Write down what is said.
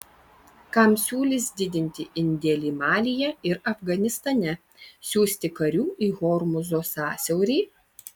kam siūlys didinti indėlį malyje ir afganistane siųsti karių į hormūzo sąsiaurį